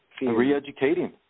re-educating